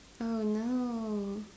oh no